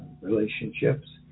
relationships